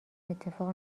اتفاق